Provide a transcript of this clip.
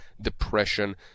depression